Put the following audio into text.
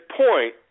point